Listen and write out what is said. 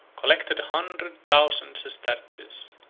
collected a hundred thousand sesterces,